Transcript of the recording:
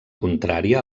contrària